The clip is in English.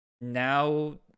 now